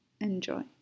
enjoy